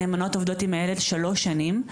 הנאמנות עובדות עם הילד במשך שלוש שנים,